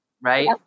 right